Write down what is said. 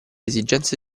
esigenze